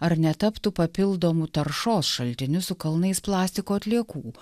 ar netaptų papildomų taršos šaltiniu su kalnais plastiko atliekų